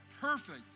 perfect